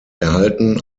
erhalten